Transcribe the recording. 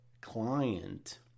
client